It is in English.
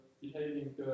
behaving